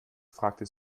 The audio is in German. fragte